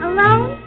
Alone